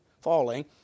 falling